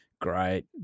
great